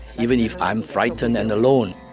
even if i'm frightened and alone,